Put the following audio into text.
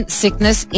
sickness